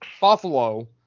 Buffalo